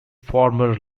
former